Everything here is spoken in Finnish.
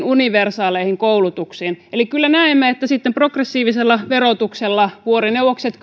universaaleihin koulutuksiin eli kyllä näemme että sitä kautta progressiivisella verotuksella vuorineuvokset